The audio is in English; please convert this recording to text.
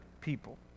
people